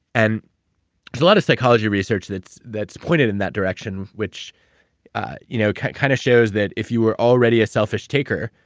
and there's a lot of psychology research that's that's pointed in that direction which ah you know kind of shows that if you were already a selfish taker,